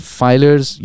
filers